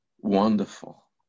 Wonderful